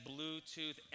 Bluetooth